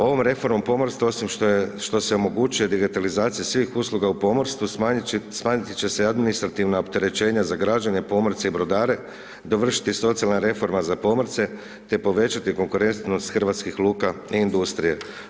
Ovom reformom pomorstva osim što se omogućuje digitalizacija svih usluga u pomorstvu, smanjiti će se administrativno opterećenje za građane, pomorce i brodare, dovršiti socijalna reforma za pomorce, te povećati konkurentnost hrvatskih luka i industrije.